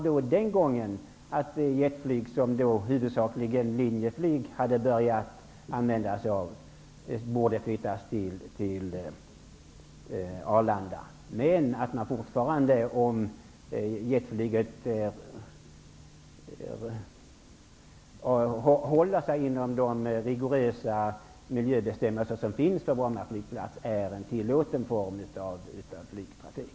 Den gången sade man att det jetflyg, som då i huvudsak Linjeflyg hade börjat använda sig av, borde flyttas till Arlanda, men att jetflyget -- om det håller sig inom de rigorösa miljöbestämmelser som finns för Bromma flygplats -- är en tillåten form av flygtrafik.